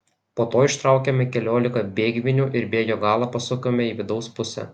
po to ištraukėme keliolika bėgvinių ir bėgio galą pasukome į vidaus pusę